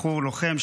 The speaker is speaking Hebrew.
בחור לוחם,